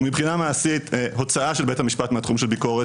הוא מבחינה מעשית הוצאה של בית המשפט מהתחום של ביקורת